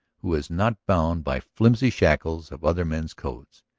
who is not bound by flimsy shackles of other men's codes.